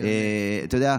אתה יודע,